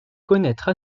connaître